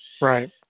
Right